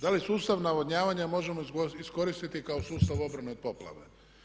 Da li sustav navodnjavanja možemo iskoristiti kao sustav obrane od poplava?